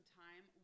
time